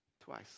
Twice